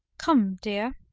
come, dear.